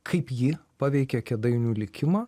kaip ji paveikė kėdainių likimą